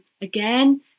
again